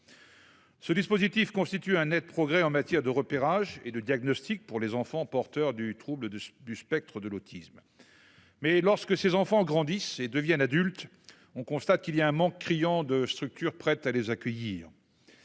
Ce dispositif constitue un Net progrès en matière de repérage et de diagnostic pour les enfants porteurs du trouble du spectre de l'autisme. Mais lorsque ces enfants grandissent et deviennent adultes. On constate qu'il y a un manque criant de structures prêtes à les accueillir.